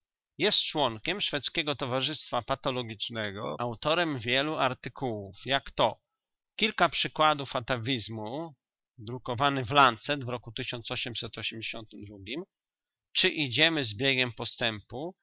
jest członkiem szwedzkiego towarzystwa patologicznego autorem wielu artykułów jako to kilka przykładów atawizmu drukowany w ręce czy idziemy z biegiem postępu